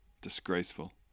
Disgraceful